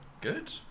good